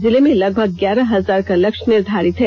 जिले में लगभग ग्यारह हजार का लक्ष्य निर्धारित है